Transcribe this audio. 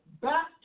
back